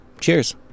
cheers